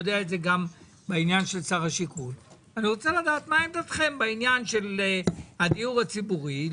מהי עמדתכם בעניין של הדיור הציבורי,